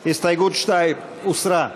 הסתייגות 2 הוסרה.